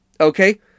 Okay